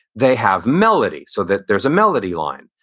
they have melody so that there's a melody line.